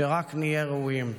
שרק נהיה ראויים.